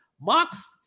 Mox